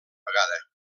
vegada